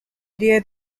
dia